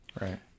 Right